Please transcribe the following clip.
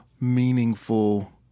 meaningful